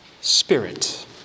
spirit